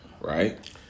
right